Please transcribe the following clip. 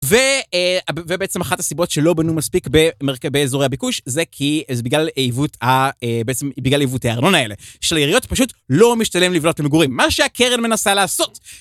ובעצם אחת הסיבות שלא בנו מספיק באזורי הביקוש זה כי זה בגלל עיוות ה- בעצם בגלל עיוותי הארנונה האלה. שלעריות פשוט לא משתלם לבנות למגורים, מה שהקרן מנסה לעשות.